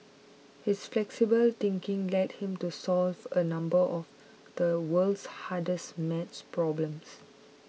his flexible thinking led him to solves a number of the world's hardest maths problems